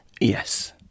Yes